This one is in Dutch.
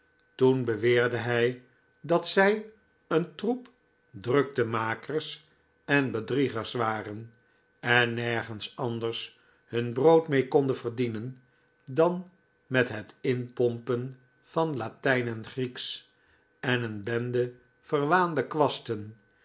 toen beweerde hij dat zij een troep druktemakers en bedriegers waren en nergens anders hun brood mee konden verdienen dan met het inpompen van latijn en grieksch en een bende verwaande kwasten